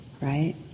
right